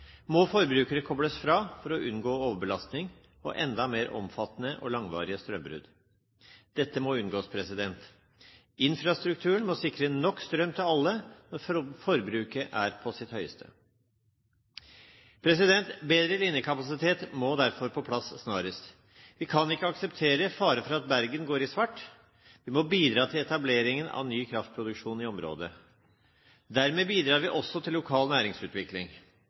må forbrukere kobles fra for å unngå overbelastning og enda mer omfattende og langvarige strømbrudd. Dette må unngås. Infrastrukturen må sikre nok strøm til alle når forbruket er på sitt høyeste. Bedre linjekapasitet må derfor på plass snarest. Vi kan ikke akseptere fare for at Bergen går i svart. Vi må bidra til etablering av ny kraftproduksjon i området. Dermed bidrar vi også til lokal næringsutvikling.